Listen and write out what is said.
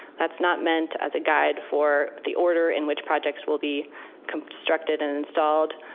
that's not meant as a guide for the order in which projects will be constructed and installed,